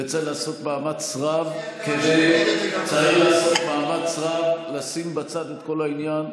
וצריך לעשות מאמץ רב כדי לשים בצד את כל העניין,